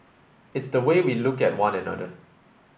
it's the way we look at one another